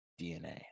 DNA